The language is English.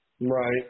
Right